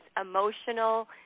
emotional